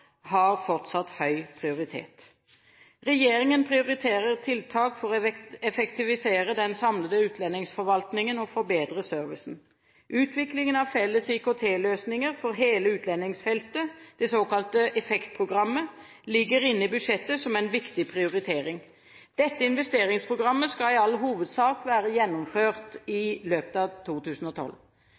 har fortsatt høy prioritet. Regjeringen prioriterer tiltak for å effektivisere den samlede utlendingsforvaltningen og forbedre servicen. Utviklingen av felles IKT-løsninger for hele utlendingsforvaltningen – det såkalte EFFEKT-programmet – ligger inne i budsjettet som en viktig prioritering. Dette investeringsprogrammet skal i all hovedsak være gjennomført i løpet av 2012.